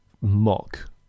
mock